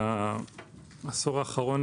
בעשור האחרון